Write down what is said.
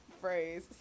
phrase